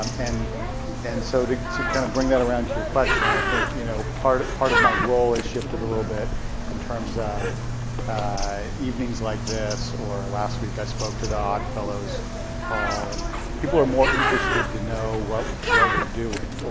um and and so to to kind of bring that around to your question, i think you know part part of my role has shifted a little bit in terms of evenings like this. or last week, i spoke to the odd fellows hall. and people are more interested to know what what we're doing.